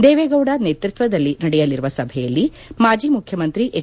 ದೇವೇಗೌಡ ನೇತೃತ್ವದಲ್ಲಿ ನಡೆಯಲಿರುವ ಸಭೆಯಲ್ಲಿ ಮಾಜಿ ಮುಖ್ಯಮಂತ್ರಿ ಎಚ್